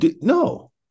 no